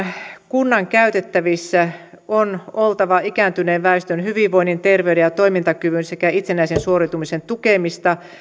kunnan käytettävissä on oltava ikääntyneen väestön hyvinvoinnin terveyden ja toimintakyvyn sekä itsenäisen suoriutumisen tukemista